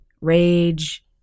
rage